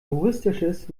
juristisches